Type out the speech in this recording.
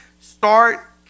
start